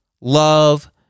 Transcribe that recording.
love